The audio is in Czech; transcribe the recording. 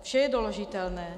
Vše je doložitelné.